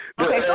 Okay